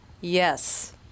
yes